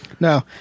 No